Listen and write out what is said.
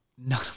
No